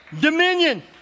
Dominion